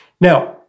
Now